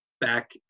back